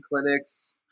clinics